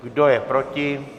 Kdo je proti?